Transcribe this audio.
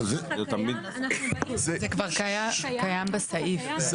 זה כבר קיים בסעיף.